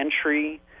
entry